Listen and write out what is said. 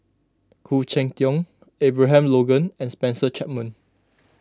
Khoo Cheng Tiong Abraham Logan and Spencer Chapman